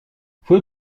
fue